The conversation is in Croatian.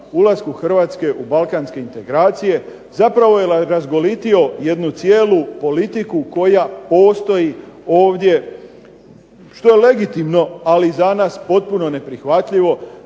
ulasku Hrvatske u balkanske integracije. Zapravo je razgolitio jednu cijelu politiku koja postoji ovdje što je legitimno, ali za nas potpuno neprihvatljivo.